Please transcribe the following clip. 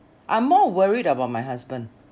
I'm more worried about my husband